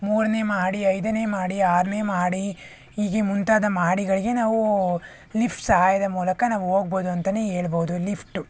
ಮೂರನೇ ಮಹಡಿ ಐದನೇ ಮಹಡಿ ಆರನೇ ಮಹಡಿ ಹೀಗೆ ಮುಂತಾದ ಮಹಡಿಗಳಿಗೆ ನಾವು ಲಿಫ್ಟ್ ಸಹಾಯದ ಮೂಲಕ ನಾವು ಹೋಗ್ಬೋದು ಅಂತನೇ ಹೇಳ್ಬೋದು ಲಿಫ್ಟು